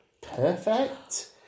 perfect